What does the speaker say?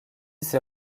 ses